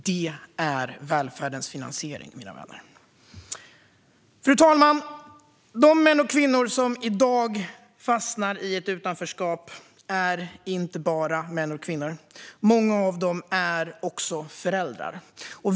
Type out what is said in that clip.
Det är välfärdens finansiering, mina vänner! Fru talman! De män och kvinnor som i dag fastnar i ett utanförskap är inte bara män och kvinnor - många av dem är också föräldrar.